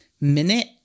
minute